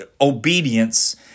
obedience